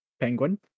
Penguin